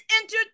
entered